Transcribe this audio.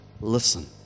listen